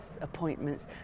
appointments